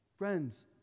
Friends